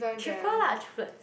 triple lah triplet